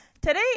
Today